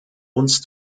uns